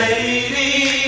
lady